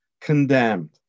condemned